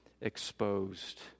exposed